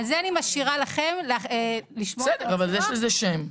את זה אני משאירה לכם -- בסדר, אבל יש לזה שם.